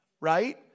Right